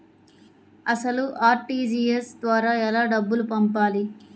అసలు అర్.టీ.జీ.ఎస్ ద్వారా ఎలా డబ్బులు పంపాలి?